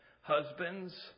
Husbands